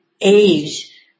age